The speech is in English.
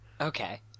Okay